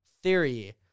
theory